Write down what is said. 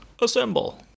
assemble